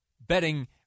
betting